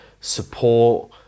support